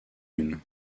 lune